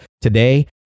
Today